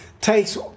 takes